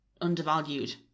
undervalued